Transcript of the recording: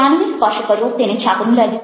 કાનને સ્પર્શ કર્યો તેને છાપરૂં લાગ્યું